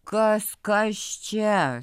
kas kas čia